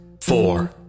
four